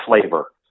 flavor